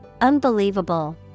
Unbelievable